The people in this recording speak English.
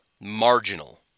marginal